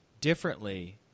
differently